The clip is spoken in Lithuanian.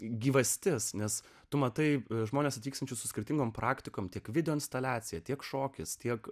gyvasties nes tu matai žmones tiksinčius su skirtingom praktikom tik video instaliaciją tiek šokis tiek